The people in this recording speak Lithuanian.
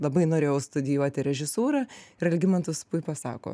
labai norėjau studijuoti režisūrą ir algimantas puipa sako